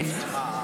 כן.